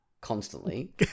constantly